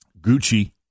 Gucci